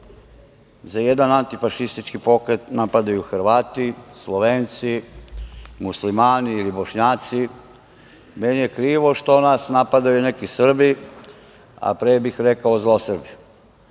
za jedan antifašistički pokret napadaju Hrvati, Slovenci, Muslimani, ili Bošnjaci, meni je krivo što nas napadaju neki Srbi, a pre bih rekao zlo Srbi.